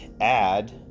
add